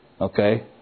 Okay